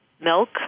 milk